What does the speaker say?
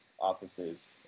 offices